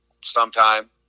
sometime